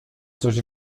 coś